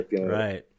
Right